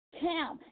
camp